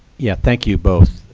yeah, thank you both,